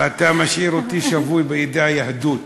ומשאיר אותי שבוי בידי היהדות,